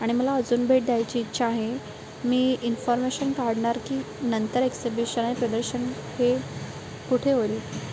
आणि मला अजून भेट द्यायची इच्छा आहे मी इन्फॉर्मेशन काढणार की नंतर एक्सिबिशन आणि प्रदर्शन हे कुठे होईल